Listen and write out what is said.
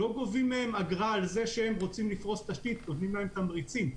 לא גובים מהן אגרה על כך שהן רוצות לפרוס תשתית אלא נותנים להן תמריצים.